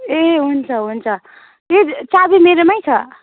ए हुन्छ हुन्छ त्यही चाबी मेरोमै छ